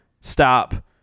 stop